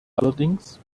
allerdings